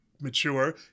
mature